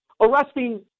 arresting